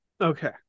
Okay